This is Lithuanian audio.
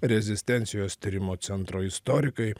rezistencijos tyrimo centro istorikai